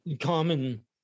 common